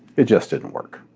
it just didn't work.